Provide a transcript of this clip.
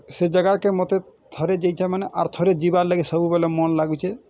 ସେ ଜାଗାକେ ମୋତେ ଥରେ ଯାଇଛ ମାନେ ଆର୍ ଥରେ ଯିବାର୍ ଲାଗି ସବୁବେଲେ ମନ ଲାଗୁଛେ